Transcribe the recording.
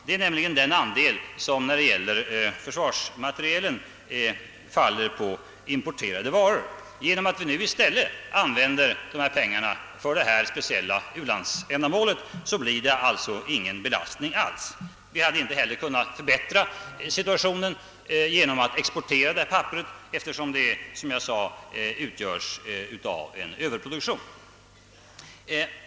Det är den andel av försvarsmaterielen som faller på importerade varor. Genom att vi nu i stället använder pengarna för detta speciella u-landsändamål blir det alltså ingen belastning alls. Vi hade inte heller kunnat förbättra situationen genom att exportera papperet, eftersom det, som jag sade, utgörs av en Ööverproduktion.